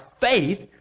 faith